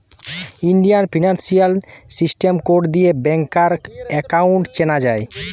Indian financial system code দিয়ে ব্যাংকার account চেনা যায়